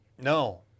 No